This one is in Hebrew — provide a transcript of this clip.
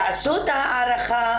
תעשו את ההערכה,